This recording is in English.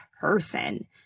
person